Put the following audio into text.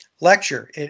lecture